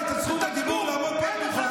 אתה תתבייש.